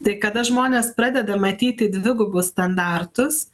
tai kada žmonės pradeda matyti dvigubus standartus